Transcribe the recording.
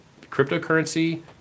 Cryptocurrency